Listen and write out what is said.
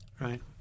right